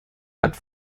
hat